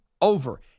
over